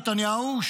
נתניהו,